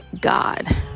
God